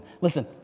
Listen